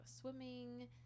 swimming